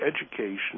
education